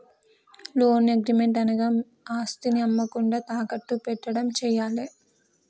loan agreement అనగా ఆస్తిని అమ్మకుండా తాకట్టు పెట్టడం చేయాలే